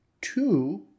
Two